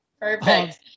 Perfect